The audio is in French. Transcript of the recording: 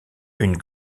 une